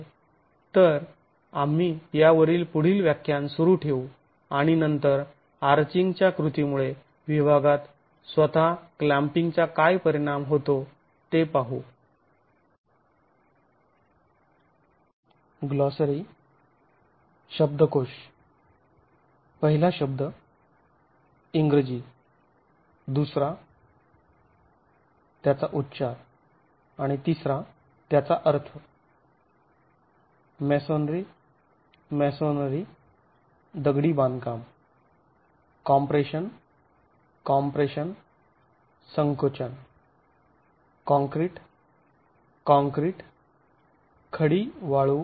तर आम्ही यावरील पुढील व्याख्यान सुरू ठेवू आणि नंतर आर्चींगच्या कृतीमुळे विभागात स्वतः क्लॅम्पिंगचा काय परिणाम होतो ते पाहू